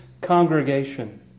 congregation